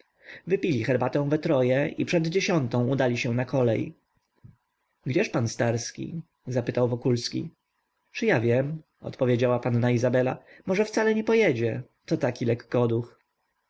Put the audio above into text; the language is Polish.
wypili herbatę we troje i przed dziesiątą udali się na kolej gdzież pan starski zapytał wokulski czy ja wiem odpowiedziała panna izabela może wcale nie pojedzie to taki